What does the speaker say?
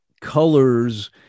colors